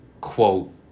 quote